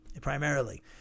primarily